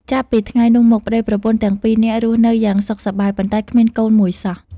ចាប់ពីថ្ងៃនោះមក ប្តីប្រពន្ធទាំងពីរនាក់រស់នៅយ៉ាងសុខសប្បាយ ប៉ុន្តែគ្មានកូនមួយសោះ ។